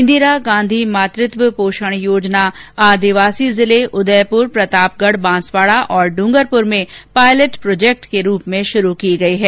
इंदिरा गांधी मातृत्व पोषण योजना आदिवासी जिले उदयपुर प्रतापगढ़ बांसवाड़ा और डूंगरपुर में पायलट प्रोजेक्ट के रूप में शुरू की गई है